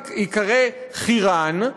ייקרא חירן,